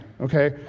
okay